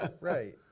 Right